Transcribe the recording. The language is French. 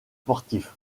sportif